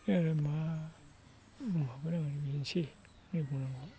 आरो मा होनबावनो बेनोसै बुंनांगौआ